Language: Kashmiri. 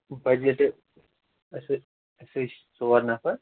بَجَٹہٕ أسۍ حظ أسۍ حظ چھِ ژور نَفَر